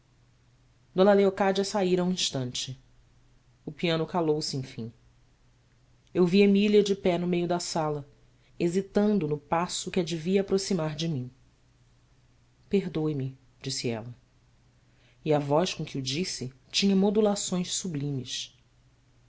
d leocádia saíra um instante o piano calou-se enfim eu vi emília de pé no meio da sala hesitando no passo que a devia aproximar de mim erdoe me disse-me ela e a voz com que o disse tinha modulações sublimes